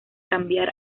cambiar